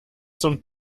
zum